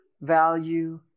value